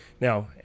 Now